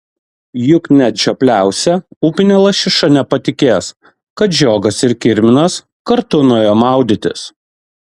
juk net žiopliausia upinė lašiša nepatikės kad žiogas ir kirminas kartu nuėjo maudytis